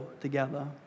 together